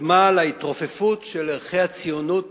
קדמה להתרופפות של ערכי הציונות